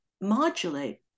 modulate